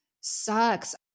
Sucks